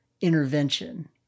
intervention